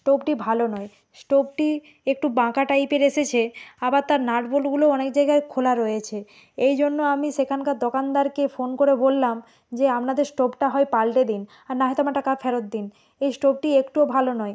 স্টোভটি ভালো নয় স্টোভটি একটু বাঁকা টাইপের এসেছে আবার তার নাট বলটুগুলোও অনেক জায়গায় খোলা রয়েছে এই জন্য আমি সেখানকার দোকানদারকে ফোন করে বললাম যে আপনাদের স্টোভটা হয় পাল্টে দিন আর না হয়তো টাকা ফেরত দিন এই স্টোভটি একটুও ভালো নয়